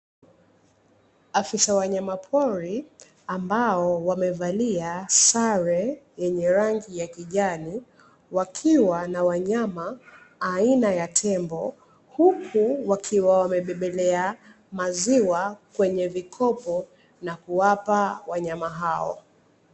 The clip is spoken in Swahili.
Afisa wa wanyama pori ambao wamevalia sare yenye rangi ya kijani, wakiwa na wanyama aina ya tembo huku wakiwa wamebebelea maziwa kwenye vikopo na kuwapa wanyama hao.